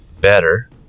Better